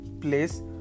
place